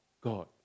God